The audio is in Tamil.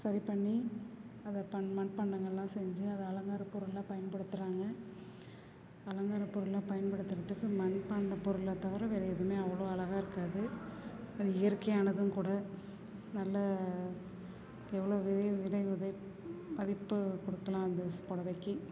சரி பண்ணி அதை பண் மண் பாண்டங்களெலாம் செஞ்சு அதை அலங்கார பொருளா பயன்படுத்துகிறாங்க அலங்கார பொருளாக பயன்படுத்துறதுக்கு மண்பாண்ட பொருளிய தவிர வேறு எதுவுமே அவ்வளோ அழகா இருக்காது அது இயற்கையானதும் கூட நல்ல எவ்வளோ விலை விலை விலை மதிப்பு கொடுக்கலாம் அந்த ஸ் புடவைக்கி